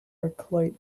arclight